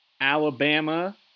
Alabama